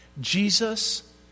Jesus